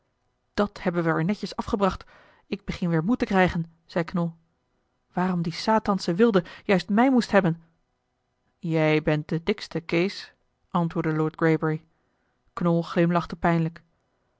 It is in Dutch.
dat hebben we er netjes afgebracht ik begin weer moed te krijgen zei knol waarom die satansche wilde juist mij moest hebben jij bent de dikste kees antwoordde lord greybury knol glimlachte pijnlijk